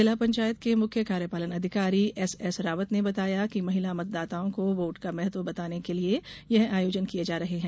जिला पंचायत के मुख्य कार्यपालन अधिकारी एसएसरावत ने बताया कि महिला मतदाताओं को वोट का महत्व बताने के लिये यह आयोजन किया जा रहा है